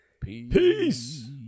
Peace